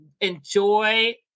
enjoy